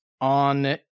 on